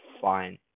fine